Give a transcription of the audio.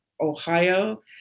Ohio